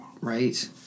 Right